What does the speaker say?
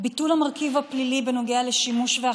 ביטול המרכיב הפלילי בנוגע לשימוש בקנביס